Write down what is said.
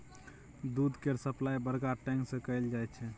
दूध केर सप्लाई बड़का टैंक सँ कएल जाई छै